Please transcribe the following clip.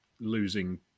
losing